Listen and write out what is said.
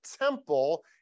temple